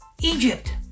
Egypt